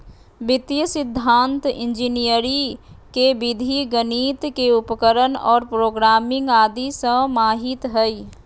वित्तीय सिद्धान्त इंजीनियरी के विधि गणित के उपकरण और प्रोग्रामिंग आदि समाहित हइ